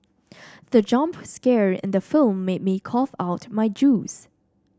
the jump scare in the film made me cough out my juice